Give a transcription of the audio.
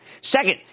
Second